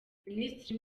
minisitiri